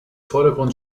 vordergrund